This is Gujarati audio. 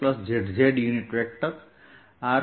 ds ds s dz z મળશે